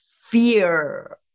fear